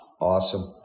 Awesome